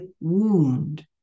wound